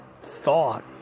thought